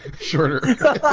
shorter